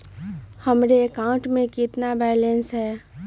हमारे अकाउंट में कितना बैलेंस है?